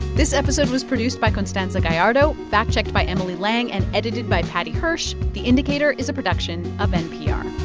this episode was produced by constanza gallardo, fact-checked by emily lang and edited by paddy hirsch. the indicator is a production of npr